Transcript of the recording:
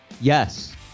yes